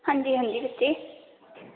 आं जी आं जी दित्ते